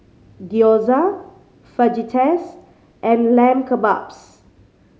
Gyoza Fajitas and Lamb Kebabs